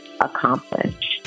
accomplish